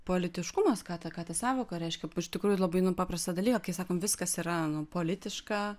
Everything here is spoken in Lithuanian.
politiškumas ką ta ką ta sąvoka reiškia iš tikrųjų labai nu paprastą dalyką kai sakom viskas yra nu politiška